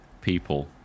people